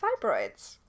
fibroids